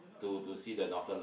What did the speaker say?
to to see the doctor like